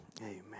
Amen